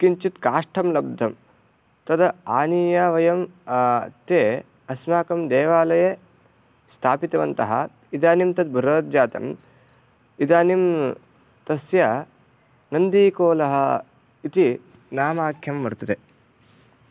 किञ्चित् काष्ठं लब्धं तद् आनीय वयं ते अस्माकं देवालये स्थापितवन्तः इदानीं तद् बृहज्जातम् इदानीं तस्य नन्दीकोलः इति नामाख्यं वर्तते